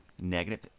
Negative